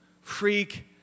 freak